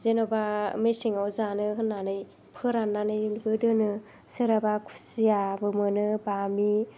जेनेबा मेसेङाव जानो होननानै फोराननानैबो दोनो सोरहाबा खुसियाबो मोनो बामि